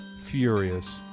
furious,